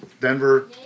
Denver